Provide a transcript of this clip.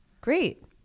great